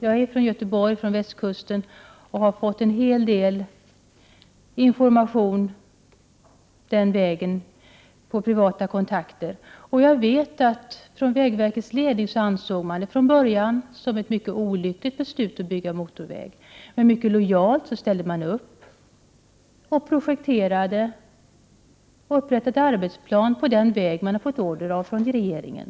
Jag är från Göteborg och har fått en hel del information genom privata kontakter. Jag vet att vägverkets ledning från början ansåg det som ett mycket olyckligt beslut att bygga denna motorväg. Men verket ställde mycket lojalt upp och projekterade samt upprättade arbetsplan för vägbygget i enlighet med ordern från regeringen.